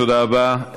תודה רבה.